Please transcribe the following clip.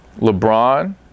LeBron